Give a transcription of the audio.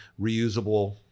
reusable